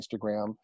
Instagram